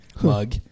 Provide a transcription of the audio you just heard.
mug